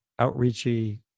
outreachy